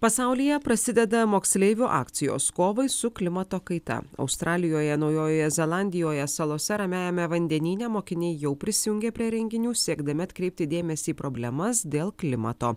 pasaulyje prasideda moksleivių akcijos kovai su klimato kaita australijoje naujojoje zelandijoje salose ramiajame vandenyne mokiniai jau prisijungė prie renginių siekdami atkreipti dėmesį problemas dėl klimato